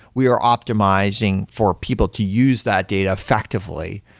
we are optimizing for people to use that data effectively,